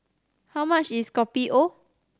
how much is Kopi O